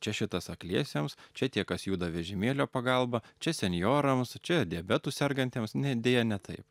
čia šitas akliesiems čia tie kas juda vežimėlio pagalba čia senjorams čia diabetu sergantiems ne deja ne taip